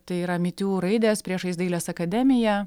tai yra my tiū raidės priešais dailės akademiją